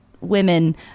women